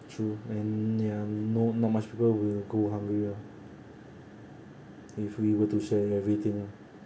true and ya no not much people will go hungry lah if we were to share everything lah